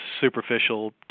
superficial